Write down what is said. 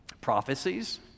Prophecies